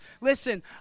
Listen